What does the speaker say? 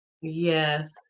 Yes